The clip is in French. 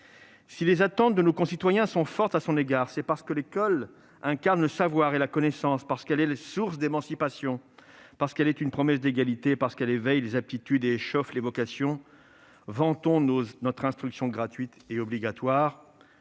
Si les attentes de nos concitoyens sont fortes à son égard, c'est parce que l'école incarne le savoir et la connaissance, parce qu'elle est source d'émancipation, parce qu'elle est une promesse d'égalité, parce qu'elle éveille les aptitudes et échauffe les vocations. Vantons notre instruction gratuite et obligatoire